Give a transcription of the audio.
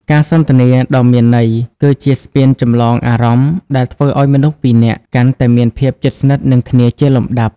ការសន្ទនាដ៏មានន័យ គឺជាស្ពានចម្លងអារម្មណ៍ដែលធ្វើឱ្យមនុស្សពីរនាក់កាន់តែមានភាពជិតស្និទ្ធនឹងគ្នាជាលំដាប់។